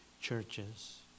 churches